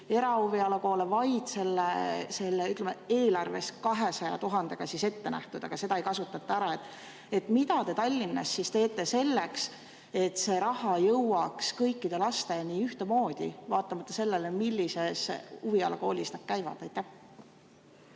erahuvialakoolidele on, ütleme, eelarves 200 000 ette nähtud, aga seda ei kasutata ära. Mida te Tallinnas teete selleks, et see raha jõuaks kõikide lasteni ühtemoodi, vaatamata sellele, millises huvialakoolis nad käivad?